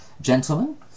Gentlemen